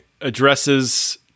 addresses